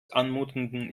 anmutenden